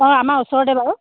অ' আমাৰ ওচৰতে বাৰু